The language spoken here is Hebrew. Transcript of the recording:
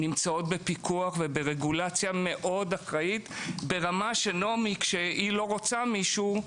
נמצאות בפיקוח וברגולציה מאוד אחראית ברמה שכשנעמי לא רוצה מישהו,